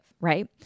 right